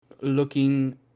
looking